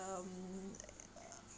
um